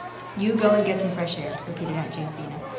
you go and get some fresh air, repeated aunt jamesina,